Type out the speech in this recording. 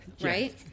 right